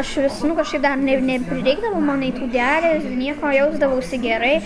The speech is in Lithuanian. aš vis nu kažkaip dar ne ne neprireikdavo man nei tų dializių nieko jausdavausi gerai